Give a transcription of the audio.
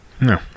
No